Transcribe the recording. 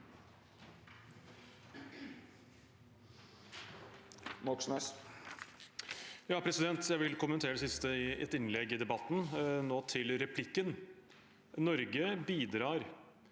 Jeg vil kommentere det siste i et innlegg i debatten, men nå til replikken. Norge bidrar